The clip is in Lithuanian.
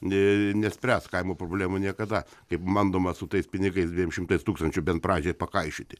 ne nespręs kaimo problemų niekada kaip bandoma su tais pinigais dviem šimtais tūkstančių bent pradžiai pakaišioti